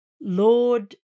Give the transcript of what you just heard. Lord